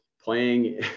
playing